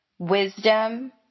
Wisdom